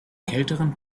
kälteren